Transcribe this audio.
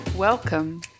Welcome